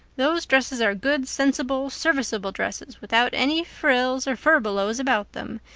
those dresses are good, sensible, serviceable dresses, without any frills or furbelows about them,